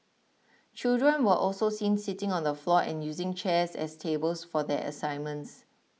children were also seen sitting on the floor and using chairs as tables for their assignments